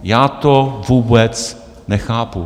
Já to vůbec nechápu.